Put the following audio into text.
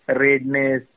redness